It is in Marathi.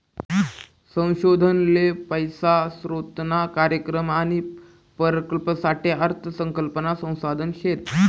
संशोधन ले पैसा स्रोतना कार्यक्रम आणि प्रकल्पसाठे अर्थ संकल्पना संसाधन शेत